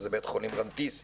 שזה בית חולים רנטיסי.